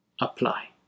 apply